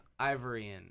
Ivorian